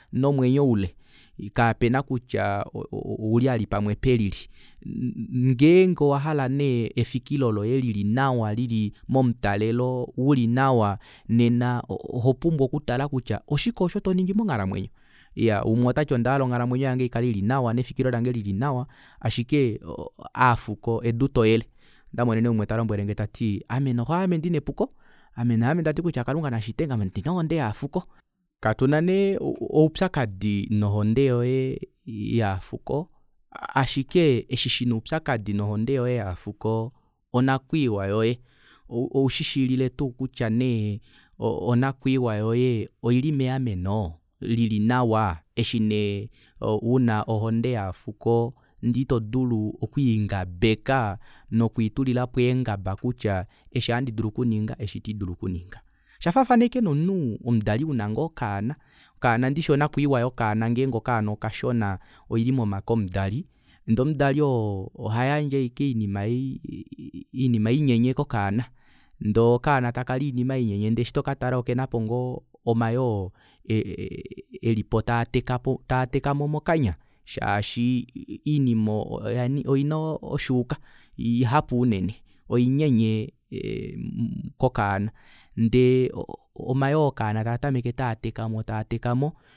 Nomwenyo ule kapena kutya o- o- ouli vali pamwe pelili u- u- u ngeenge owahala nee efikilo loye lili nawa lili momutalelo uli nawa nena ohopumbwa okutala kutya oshike oosho toningi monghalamwenyo iyaa umwe otati ondahala onghalamwenyo yange ikale ili nawa nefikilo lange lili nawa ashike aafuko edu toyele ondamonene umwe talombwelenge tati ame noxo aame ndina epuko ame haame nandati kalunga nashitenge ame ondina ohonde yovafuko katuna nee oupyakadi nohonde yoye yaafuko ashike eshi shina oupyakadi nohonde yoye yaafuko onakwiiwa yoye oushishilile tuu kutya nee onakwiiwa yoye oili meameno lili nawa eshi nee una ohonde yovafuko ndee itodulu okulingabeka nokwiitulilapo eengaba kutya eshi ohandi dulu okushininga eshi itandidulu okushininga oshafaafana ashike nomunhu omudali una ngoo okaana okaana ndishi onakwiiwa yokakaana ngeeng okaana okashona oili momake omudali ndee omudali oo ohayandje ashike oinima inyenye kokaana ndee okaana takali oinima inyenye ndee eshi tokatala okenapo ngoo omayoo e- e- e- e elipo taatekapo taatekamo mokanya shaashi oinima oina oshuuka oihapu oinyenye kokaana ndee omayoo okaana tatameke tatekamo taatekamo